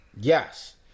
Yes